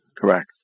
Correct